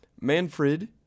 Manfred